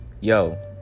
yo